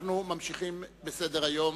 אנחנו ממשיכים בסדר-היום.